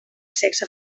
sexe